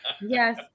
Yes